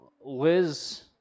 Liz